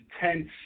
tense